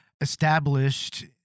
established